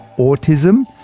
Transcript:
autism,